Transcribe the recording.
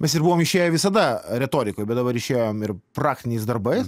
mes ir buvom išėję visada retorikoj bet dabar išėjom ir praktiniais darbais